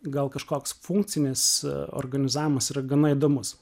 gal kažkoks funkcinis organizavimas yra gana įdomus